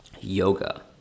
yoga